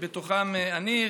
וביניהם אני.